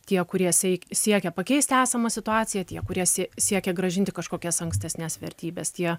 tie kurie siekia pakeisti esamą situaciją tie kurie siekia grąžinti kažkokias ankstesnes vertybes tie